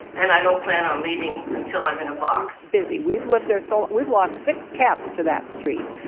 and i don't plan on leaving until i'm in a box busy. we've lived there so we've lost six cats to that street.